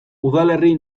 udalerri